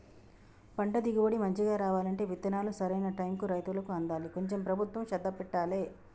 పంట దిగుబడి మంచిగా రావాలంటే విత్తనాలు సరైన టైముకు రైతులకు అందాలి కొంచెం ప్రభుత్వం శ్రద్ధ పెట్టాలె